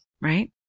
right